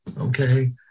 Okay